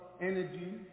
energy